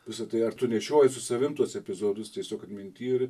visa tai ar tu nešioji su savim tuos epizodus tiesiog atminty ir